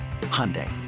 Hyundai